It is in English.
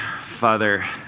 Father